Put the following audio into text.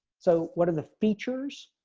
so what are the features.